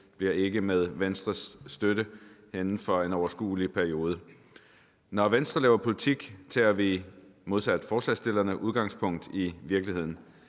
bliver ikke med Venstres støtte inden for en overskuelig periode. Når Venstre laver politik, tager vi modsat forslagsstillerne udgangspunkt i virkeligheden.